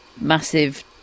massive